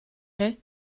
chi